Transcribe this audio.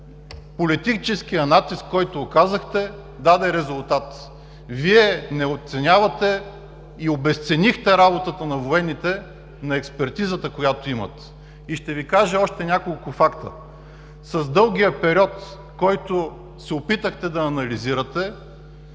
Политическият натиск, който оказахте, даде резултат. Вие не оценявате и обезценихте работата на военните, на експертизата, която имат. Ще Ви кажа още няколко факта. С дългия период, който се опитахте да анализирате,